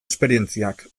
esperientziak